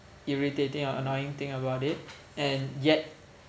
irritating or annoying thing about it and yet